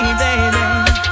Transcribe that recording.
baby